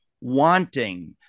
wanting